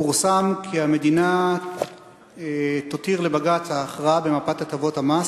פורסם כי המדינה תותיר לבג"ץ את ההכרעה במפת הטבות המס,